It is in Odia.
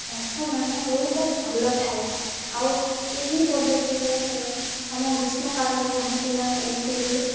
ସ୍ୱାସ୍ଥ୍ୟମାନ ବହୁତ ଭଲ ଥାଏ ଆଉ ଏହି ପଦ୍ଧତିରେ ମାନେ ଆମ ଗ୍ରୀଷ୍ମ କାଳରେ କାହିଁକିନା ଏମିତି ହୁଏ